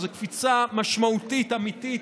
זו קפיצה משמעותית, אמיתית.